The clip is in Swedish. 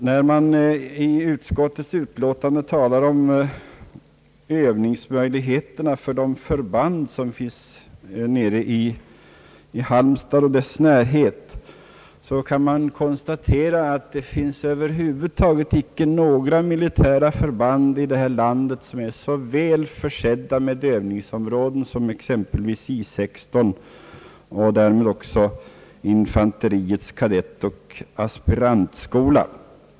När man i utskottets utlåtande talar om Övningsmöjligheterna för de förband som finns i Halmstad och dess närhet framgår att det över huvud taget inte finns några militära förband här i landet som är så väl försedda med övningsområden som just I 16 och därmed också infanteriets kadettoch aspirantskola.